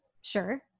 sure